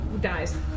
dies